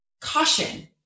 caution